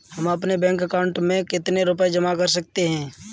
हम अपने bank account में कितने रुपये जमा कर सकते हैं?